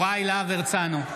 הרצנו,